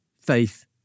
faith